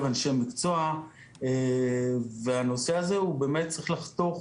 אנשי מקצוע והנושא הזה הוא באמת אמור לחתוך